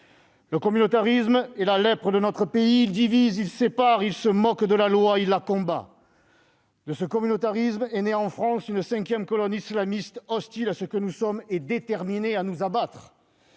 Le communautarisme est la lèpre de notre pays. Il divise, il sépare, il se moque de la loi, il la combat. De ce communautarisme est née en France une cinquième colonne islamiste hostile à ce que nous sommes et déterminée à nous abattre.